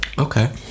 okay